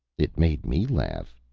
it made me laugh,